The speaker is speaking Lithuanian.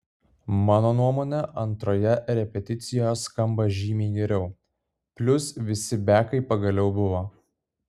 mano nuomone antroje repeticijoje skamba žymiai geriau plius visi bekai pagaliau buvo